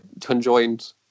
conjoined